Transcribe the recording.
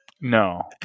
No